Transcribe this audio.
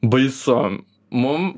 baisu mum